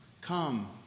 Come